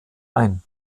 ein